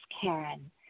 Karen